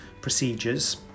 procedures